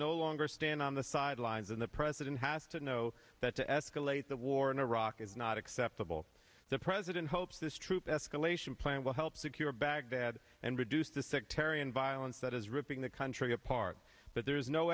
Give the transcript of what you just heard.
no longer stand on the sidelines and the president has to know that to escalate the war in iraq is not acceptable the president hopes this troop escalation plan will help secure baghdad and reduce the sectarian violence that is ripping the country apart but there is no